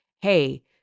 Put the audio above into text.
hey